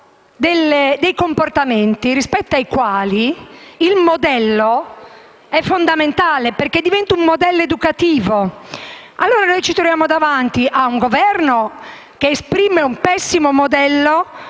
ma comportamenti rispetto ai quali il modello è fondamentale, perché diventa un modello educativo. Ci troviamo allora davanti a un Governo che esprime un pessimo modello